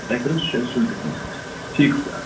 تۄہہِ کوٚروُ شایَد سُلہِ تہِ فون ٹھیٖک